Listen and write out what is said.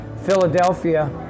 Philadelphia